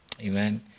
Amen